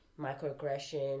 microaggression